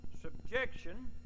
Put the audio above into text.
subjection